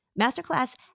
Masterclass